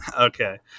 Okay